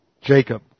Jacob